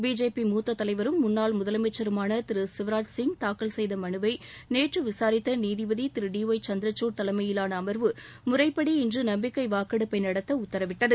BJP மூத்த தலைவரும் முன்னாள் முதலமைச்சருமான திரு சிவராஜ் சிங் தாக்கல் செய்த மனுவை நேற்று விசாரித்த நீதிபதி திரு டி ஒய் சந்திரசூட் தலைமயிலான அமர்வு முறைப்படி இன்று நம்பிக்கை வாக்கெடுப்பை நடத்த உத்தரவிட்டது